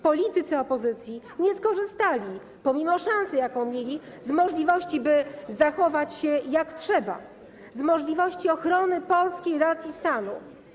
Politycy opozycji nie skorzystali, pomimo szansy, jaką mieli, z możliwości zachowania się, jak trzeba, z możliwości ochrony polskiej racji stanu.